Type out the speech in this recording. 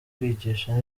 kwigisha